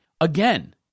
Again